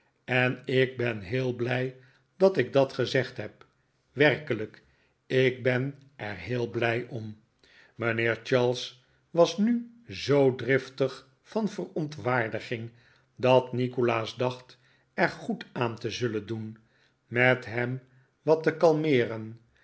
en ik ben heel blij dat ik dat gezegd heb werkelijk ik ben er heel blij om mijnheer charles was nu zoo driftig van verontwaardiging dat nikolaas dacht er goed aan te zullen doen met hem wat te kalmeeren